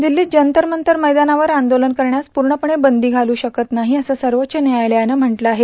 दिल्लीत जंतर मंतर मैदानावर आंदोलन करण्यास पूर्णपणे बंदी घातू शकत नाही असं सर्वोच्च न्यायालयानं म्हटलं आहे